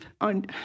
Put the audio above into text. on